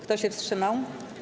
Kto się wstrzymał?